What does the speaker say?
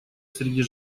среди